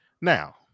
Now